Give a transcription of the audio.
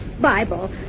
Bible